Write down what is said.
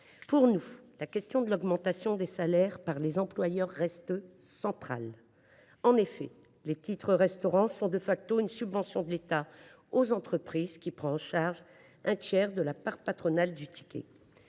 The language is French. Pour nous, la question de l’augmentation des salaires par les employeurs reste centrale. En effet, les titres restaurant sont une subvention de l’État aux entreprises, puisque celui ci prend en charge un tiers de la part patronale.